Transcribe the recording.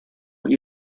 what